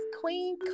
Queen